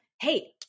Hey